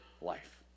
life